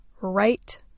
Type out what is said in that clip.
right